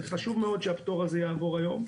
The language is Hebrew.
זה חשוב מאוד שהפטור הזה יעבור היום,